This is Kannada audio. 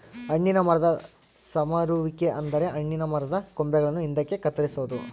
ಹಣ್ಣಿನ ಮರದ ಸಮರುವಿಕೆ ಅಂದರೆ ಹಣ್ಣಿನ ಮರದ ಕೊಂಬೆಗಳನ್ನು ಹಿಂದಕ್ಕೆ ಕತ್ತರಿಸೊದು